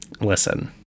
listen